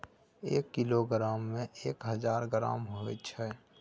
एक किलोग्राम में एक हजार ग्राम होय छै